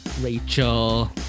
Rachel